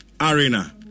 Arena